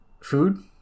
food